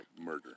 murder